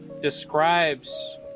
describes